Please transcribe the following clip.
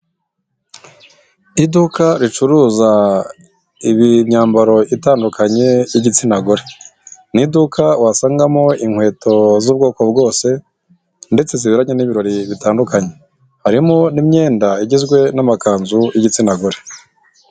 Iduka ricuruza imyambaro itandukanye y'igitsina gore mu iduka wasangamo inkweto z'ubwoko bwose ndetse ziberanye n'ibirori bitandukanye, harimo n'imyenda igizwe n'amakanzu y'igitsina gore.